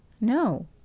no